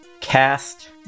cast